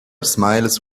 smiles